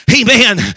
Amen